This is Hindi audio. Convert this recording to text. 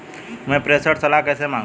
मैं प्रेषण सलाह कैसे मांगूं?